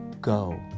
go